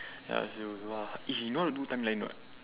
ya eh you know how to do timeline or not